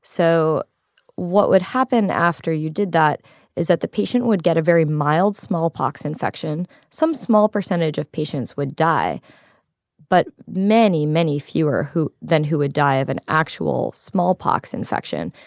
so what would happen after you did that is that the patient would get a very mild smallpox infection. some small percentage of patients would die but many, many fewer than who would die of an actual smallpox infection.